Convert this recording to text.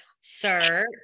Sir